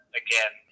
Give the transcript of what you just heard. again